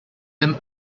him